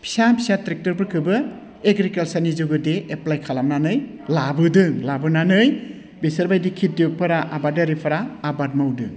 फिसा फिसा ट्रेक्टफोरखौबो एग्रिकालसारनि जुगेदे एप्लाइ खालामनानै लाबोदों लाबोनानै बिसोरबायदि खेथिय'गफोरा आबादारिफोरा आबाद मावदों